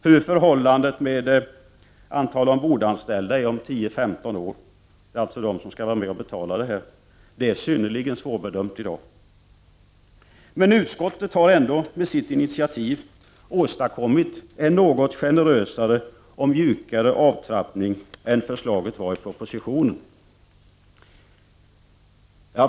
Hur förhållandet med antal ombordanställda är om 10-15 år — det är alltså de som skall vara med och betala detta — är synnerligen svårbedömt i dag. Men utskottet har ändå med sitt initiativ åstadkommit en något generösare och mjukare avtrappning än det förslag som lades fram i propositionen.